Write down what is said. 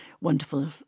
wonderful